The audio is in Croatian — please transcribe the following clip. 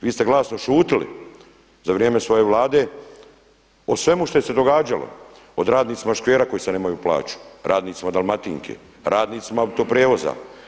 Vi ste glasno šutjeli za vrijeme svoje Vlade o svemu što se je događalo, od radnicima Škvera koji sad nemaju plaću, radnicima Dalmatinke, radnicima Autoprijevoza.